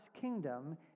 kingdom